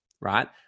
right